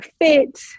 fit